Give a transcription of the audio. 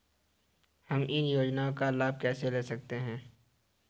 हम इन योजनाओं का लाभ कैसे ले सकते हैं?